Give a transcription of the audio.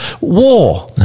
war